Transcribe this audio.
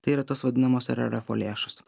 tai yra tos vadinamos rrfo lėšos